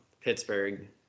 Pittsburgh